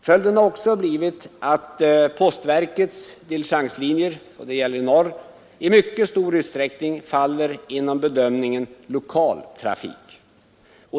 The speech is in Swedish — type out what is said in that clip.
Följden har också blivit att postverkets diligenslinjer — det gäller i norr — i mycket stor utsträckning faller under bedömningen lokal trafik.